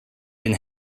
and